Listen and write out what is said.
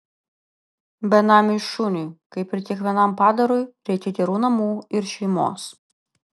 benamiui šuniui kaip ir kiekvienam padarui reikia gerų namų ir šeimos